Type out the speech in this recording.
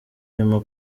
urimo